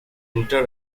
enter